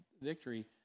victory